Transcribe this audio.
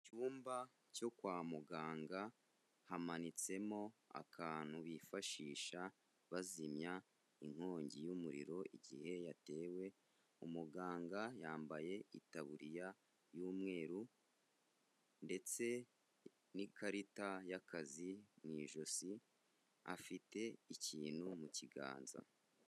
Mu icyumba cyo kwa muganga hamanitsemo akantu bifashisha bazimya inkongi y'umuriro igihe yatewe, umuganga yambaye itaburiya y'umweru ndetse n'ikarita y'akazi, mu ijosi afite ikintu mu kiganza.